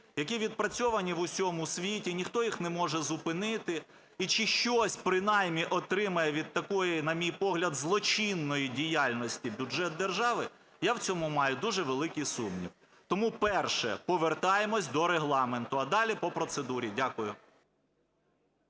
які відпрацьовані в усьому світі, ніхто їх не може зупинити. І чи щось принаймні отримає від такої, на мій погляд, злочинної діяльності бюджет держави, я в цьому маю дуже великий сумнів. Тому, перше, повертаємось до Регламенту, а далі по процедурі. Дякую.